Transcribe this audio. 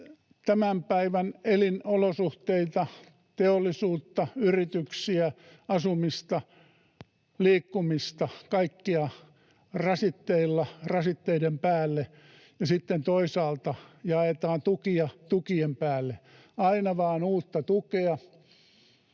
tämän päivän elinolosuhteita, teollisuutta, yrityksiä, asumista, liikkumista, kaikkea rasitteilla rasitteiden päälle ja sitten toisaalta jaetaan tukia tukien päälle. Aina vaan uutta tukea.